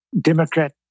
Democrat